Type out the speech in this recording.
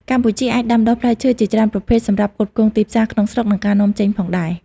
កម្ពុជាអាចដាំដុះផ្លែឈើជាច្រើនប្រភេទសម្រាប់ផ្គត់ផ្គង់ទីផ្សារក្នុងស្រុក និងការនាំចេញផងដែរ។